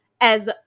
as-